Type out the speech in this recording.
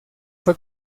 fue